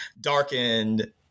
darkened